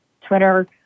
Twitter